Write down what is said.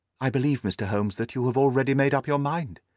i believe, mr. holmes, that you have already made up your mind,